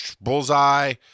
Bullseye